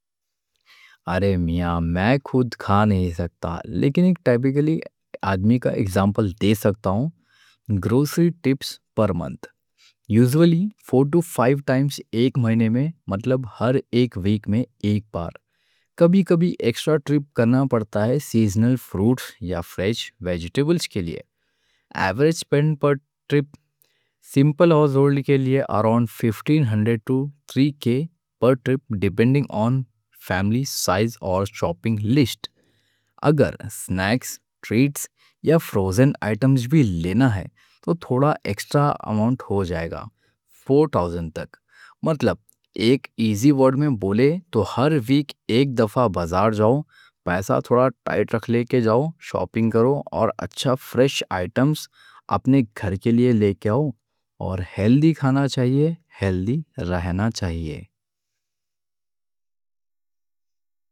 ارے میاں، میں خود کہہ نہیں سکتا لیکن ایک ٹائپکلی آدمی کا ایگزامپل دے سکتا ہوں۔ گروسری ٹرپس پر منتھ یوزولی 4-5 ٹائمز ایک مہینے میں، مطلب ہر ایک ویک میں ایک بار، کبھی کبھی ایکسٹرا ٹرپ کرنا پڑتا ہے سیزنل فروٹ یا فریش ویجیٹیبلز کے لیے۔ ایوریج سپینڈ پر ٹرپ سمپل ہاؤس ہولڈ کے لیے اَراؤنڈ 1500-3k پر ٹرپ، ڈیپینڈنگ آن فیملی سائز اور شاپنگ لسٹ۔ اگر سنیکس، ٹریٹس یا فروزن آئٹمز بھی لینا ہے تو تھوڑا ایکسٹرا اَماؤنٹ ہو جائے گا، 4000 تک۔ مطلب ایک ایزی ورڈ میں بولے تو ہر ویک ایک دفعہ بازار جاؤ، پیسہ تھوڑا ٹائٹ رکھ لے کے جاؤ، شاپنگ کرو اور اچھے فریش آئٹمز اپنے گھر کے لیے لے کے آؤ، اور ہیلتھی کھانا چاہیے، ہیلتھی رہنا چاہیے۔ شاپنگ کرو اور اچھے فریش آئٹمز